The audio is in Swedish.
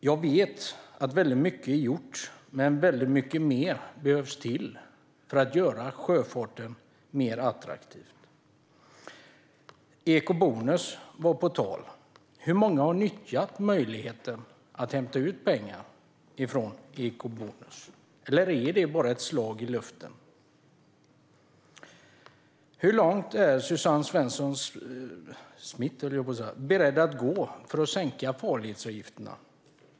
Jag vet att mycket är gjort, men väldigt mycket mer behövs för att göra sjöfarten mer attraktiv. Eco-bonus var på tal. Hur många har nyttjat möjligheten att hämta ut pengar från eco-bonus? Eller är det bara ett slag i luften? Hur långt är Suzanne Svensson beredd att gå för att sänka farledsavgifterna?